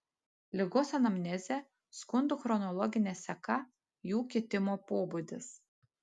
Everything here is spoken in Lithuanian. ligos anamnezė skundų chronologinė seka jų kitimo pobūdis